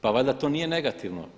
Pa valjda to nije negativno?